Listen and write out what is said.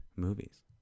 movies